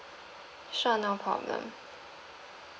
sure no problem